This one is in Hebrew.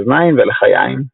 אוזניים ולחיים.